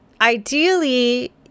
Ideally